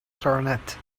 clarinet